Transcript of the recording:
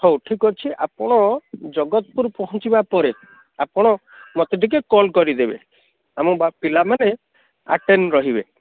ହଉ ଠିକ୍ ଅଛି ଆପଣ ଜଗତପୁର ପହଞ୍ଚିବା ପରେ ଆପଣ ମତେ ଟିକେ କଲ୍ କରିଦେବେ ଆମ ପିଲାମାନେ ଆଟେନ୍ ରହିବେ